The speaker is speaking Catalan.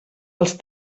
els